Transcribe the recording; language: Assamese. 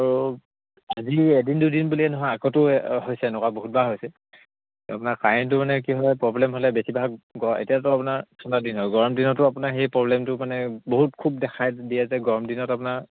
আৰু আজি এদিন দুদিন বুলিয়ে নহয় আগতো হৈছে এনেকুৱা বহুতবাৰ হৈছে আপোনাৰ কাৰেণ্টটো মানে কি হয় প্ৰ'ব্লেম হ'লে বেছিভাগ এতিয়াতো আপোনাৰ ঠাণ্ডা দিন হয় গৰম দিনতো আপোনাৰ সেই প্ৰ'ব্লেমটো মানে বহুত খুব দেখাই দিয়ে যে গৰম দিনত আপোনাৰ